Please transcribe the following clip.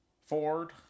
Ford